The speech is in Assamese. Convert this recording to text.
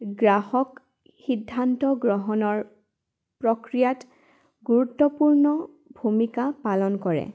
গ্ৰাহক সিদ্ধান্ত গ্ৰহণৰ প্ৰক্ৰিয়াত গুৰুত্বপূৰ্ণ ভূমিকা পালন কৰে